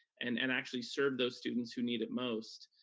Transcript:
and and actually serve those students who need it most.